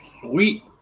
sweet